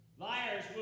Liars